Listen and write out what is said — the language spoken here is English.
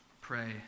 pray